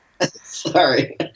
Sorry